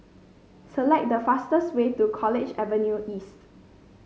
select the fastest way to College Avenue East